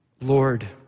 Lord